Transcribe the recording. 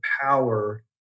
power